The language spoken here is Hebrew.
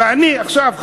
ואני עכשיו,